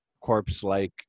corpse-like